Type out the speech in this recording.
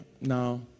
No